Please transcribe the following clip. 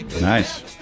nice